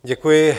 Děkuji.